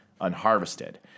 unharvested